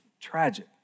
tragic